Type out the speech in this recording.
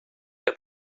que